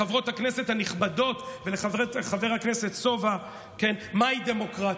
אני אסביר לחברות הכנסת הנכבדות ולחבר הכנסת סובה מהי דמוקרטיה.